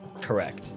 correct